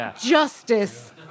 justice